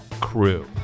crew